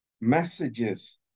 messages